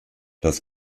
das